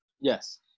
Yes